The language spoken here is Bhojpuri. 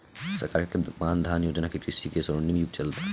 सरकार के मान धन योजना से कृषि के स्वर्णिम युग चलता